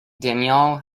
danielle